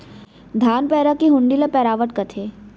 धान पैरा के हुंडी ल पैरावट कथें